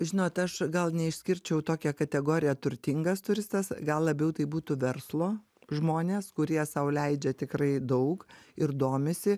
žinot aš gal neišskirčiau tokią kategoriją turtingas turistas gal labiau tai būtų verslo žmonės kurie sau leidžia tikrai daug ir domisi